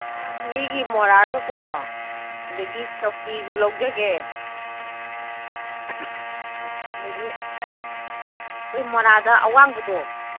ꯂꯤꯒꯤ ꯃꯣꯔꯥꯒꯀꯣ ꯑꯗꯒꯤ ꯆꯧꯀꯤꯁꯨ ꯂꯧꯖꯒꯦ ꯑꯗꯒꯤ ꯑꯩꯈꯣꯏ ꯃꯣꯔꯥꯗ ꯑꯋꯥꯡꯕꯗꯣ